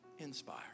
inspire